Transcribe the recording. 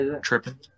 tripping